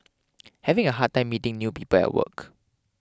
having a hard time meeting new people at work